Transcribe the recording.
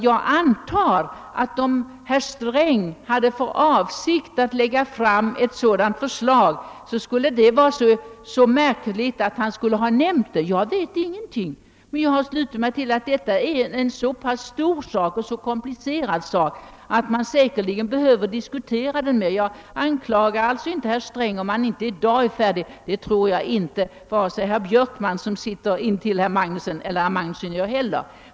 Jag antar att om herr Sträng hade för avsikt att lägga fram ett förslag på denna punkt, så skulle detta vara så märkligt att han skulle ha nämnt det. Jag vet ingenting, men jag har slutit mig till att detta är en så pass stor och komplicerad sak att man säkerligen behöver diskutera den mer. Jag anklagar inte herr Sträng om han inte i dag är färdig med en lösning, och det tror jag inte att vare sig herr Björkman, som sitter intill herr Magnusson, eller herr Magnusson gör heller.